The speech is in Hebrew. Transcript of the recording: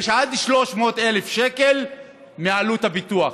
יש עד 300,000 שקל מעלות הפיתוח.